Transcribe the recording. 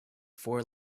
four